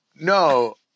no